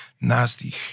nasty